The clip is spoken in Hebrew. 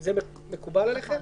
זה מקובל עליכם?